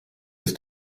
ist